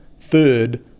third